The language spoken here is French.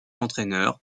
entraîneur